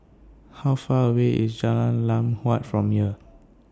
How Far away IS Jalan Lam Huat from here